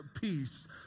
peace